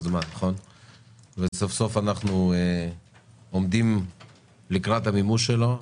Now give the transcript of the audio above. זמן וסוף סוף אנחנו עומדים לקראת המימוש שלו.